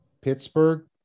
Pittsburgh